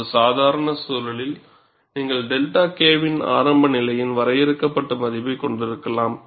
ஒரு சாதாரண சூழலில் நீங்கள் 𝛅 K வின் ஆரம்ப நிலையின் வரையறுக்கப்பட்ட மதிப்பைக் கொண்டிருக்கலாம்